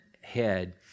head